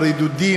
הרדודים,